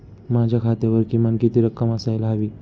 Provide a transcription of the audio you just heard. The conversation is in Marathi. माझ्या खात्यावर किमान किती रक्कम असायला हवी?